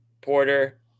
Porter